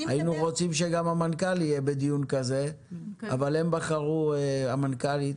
היינו רוצים שגם המנכ"לית תהיה בדיון כזה אבל הם בחרו לשלוח אותך.